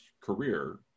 career